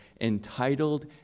entitled